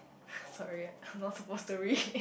sorry I am not supposed to read